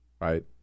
right